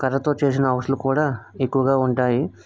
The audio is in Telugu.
కర్రతో చేసిన హౌస్లు కూడా ఎక్కువగా ఉంటాయి